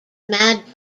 mad